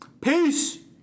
Peace